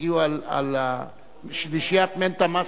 דיברו על שלישיית מנטה-מסטיק,